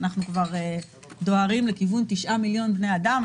אנחנו כבר דוהרים לכיוון של תשעה מיליון בני אדם.